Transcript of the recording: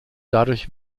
dadurch